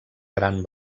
gran